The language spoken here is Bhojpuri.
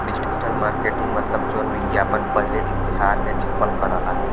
डिजिटल मरकेटिंग मतलब जौन विज्ञापन पहिले इश्तेहार मे छपल करला